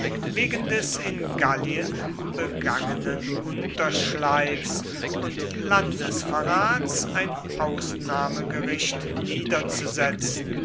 wegen des in gallien begangenen unterschleifs und landesverrats ein ausnahmegericht